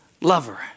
lover